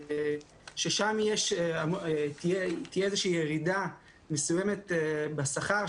ששם תהיה איזו ירידה מסוימת בשכר,